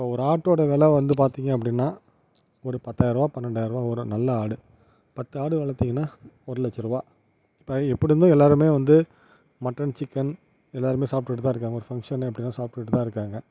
இப்போ ஒரு ஆட்டோடய விலை வந்து பார்த்திங்க அப்படின்னா ஒரு பத்தாயிரம் ரூபா பன்னெண்டாயிரம் ரூபா வரும் நல்ல ஆடு பத்து ஆடு வளர்த்திங்கனா ஒரு லட்சம் ரூபா இப்போ எப்படிருந்தும் எல்லோருமே வந்து மட்டன் சிக்கன் எல்லோருமே சாப்பிட்டுகிட்டுதான் இருக்காங்க ஒரு ஃபங்ஷன் அப்படினா சாப்பிட்டுதான் இருக்காங்க